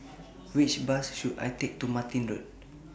Which Bus should I Take to Martin Road